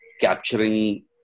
capturing